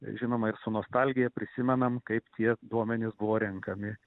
žinoma ir su nostalgija prisimenam kaip tie duomenys buvo renkami